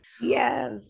Yes